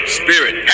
spirit